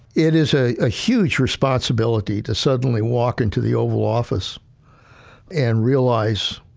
it is a ah huge responsibility to suddenly walk into the oval office and realize